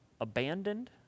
abandoned